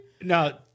No